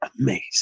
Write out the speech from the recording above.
amazing